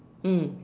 mm